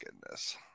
goodness